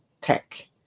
Tech